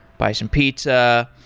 buy some pizza.